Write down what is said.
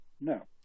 No